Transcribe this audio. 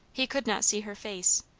he could not see her face,